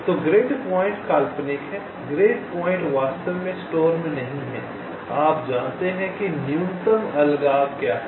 तो grid point काल्पनिक हैं ग्रिड पॉइंट वास्तव में स्टोर में नहीं हैं आप जानते हैं कि न्यूनतम अलगाव क्या है